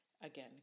Again